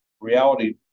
reality